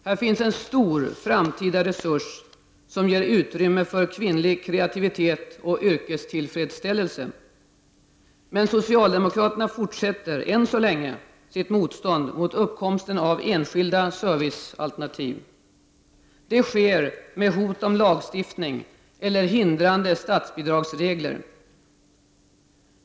Här finns en stor framtida resurs, som ger utrymme för kvinnlig kreativitet och yrkestillfredsställelse. Men socialdemokraterna fortsätter än så länge sitt motstånd mot uppkomsten av enskilda servicealternativ. Det sker med hot om lagstiftning eller hindrande statsbidragsregler.